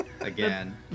Again